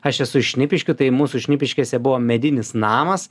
aš esu iš šnipiškių tai mūsų šnipiškėse buvo medinis namas